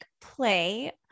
play